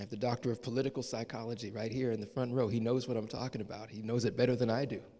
the doctor of political psychology right here in the front row he knows what i'm talking about he knows it better than i do